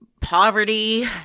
poverty